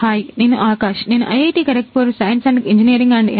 hi నేను ఆకాష్ నేను IIT Kharagpur computer science and engineering నుండి ఎం